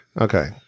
Okay